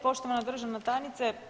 Poštovana državna tajnice.